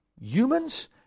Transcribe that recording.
humans